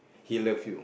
he love you